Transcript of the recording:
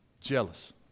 Jealous